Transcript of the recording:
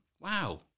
Wow